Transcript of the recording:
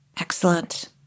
Excellent